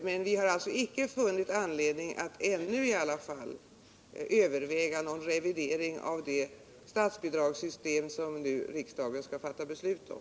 Men vi har icke funnit anledning, i varje fall inte ännu, att överväga någon revidering av det statsbidragssystem som riksdagen nu skall fatta beslut om.